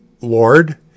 Lord